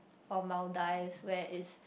or Maldives where it's